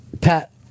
pat